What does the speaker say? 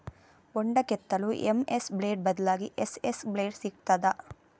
ಬೊಂಡ ಕೆತ್ತಲು MS blade ಬದ್ಲಾಗಿ ಎಸ್.ಎಸ್ ಬ್ಲೇಡ್ ಸಿಕ್ತಾದ?